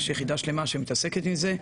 יש יחידה שלמה שמתעסקת עם זה,